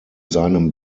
seinem